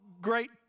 great